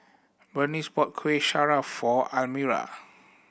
Berniece bought Kuih Syara for Almyra